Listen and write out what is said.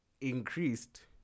increased